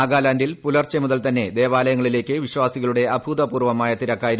നാഗാലാന്റിൽ പുലർച്ചെ മുതൽ തന്നെ ദേവായലങ്ങളിലേക്ക് വിശ്വാസികളുടെ അഭൂതപൂർവ്വമായ തിരക്കായിരുന്നു